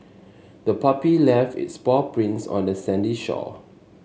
the puppy left its paw prints on the sandy shore